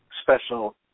special